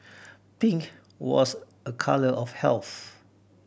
pink was a colour of health